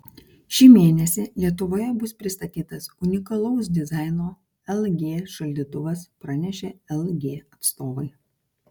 šį mėnesį lietuvoje bus pristatytas unikalaus dizaino lg šaldytuvas pranešė lg atstovai